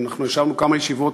וישבנו כמה ישיבות,